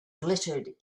glittered